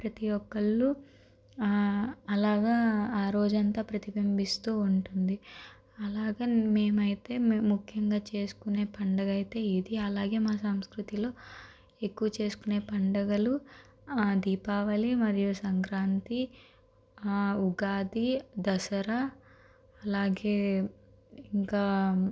ప్రతీ ఒక్కళ్ళు అలాగా ఆ రోజంతా ప్రతిబింబిస్తూ ఉంటుంది అలాగ మేము అయితే మేము ముఖ్యంగా చేసుకునే పండగ అయితే ఇది అలాగే మా సాంస్కృతిలో ఎక్కువ చేసుకునే పండగలు దీపావళి మరియు సంక్రాంతి ఉగాది దసరా అలాగే ఇంకా